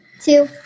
two